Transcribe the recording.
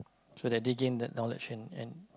so that they gain that knowledge and and